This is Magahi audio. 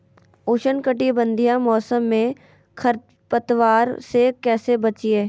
उष्णकटिबंधीय मौसम में खरपतवार से कैसे बचिये?